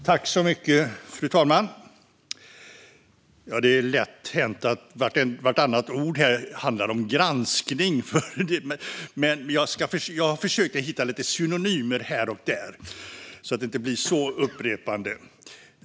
Fru talman! Det är lätt hänt att vartannat ord här handlar om granskning. Men jag ska försöka hitta lite synonymer här och där så att det inte blir så upprepande.